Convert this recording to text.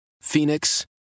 Phoenix